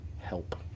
Help